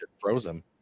frozen